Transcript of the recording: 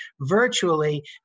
virtually